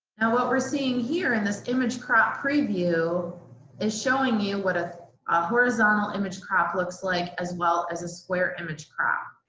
what we're seeing here in this image crop preview is showing you what a horizontal image crop looks like as well as a square image crop.